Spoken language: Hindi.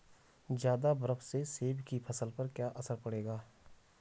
ज़्यादा बर्फ से सेब की फसल पर क्या असर पड़ेगा?